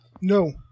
No